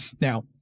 Now